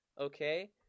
okay